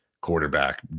quarterback